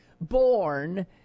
born